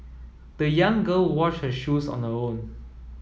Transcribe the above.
the young girl washed her shoes on the own